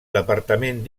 departament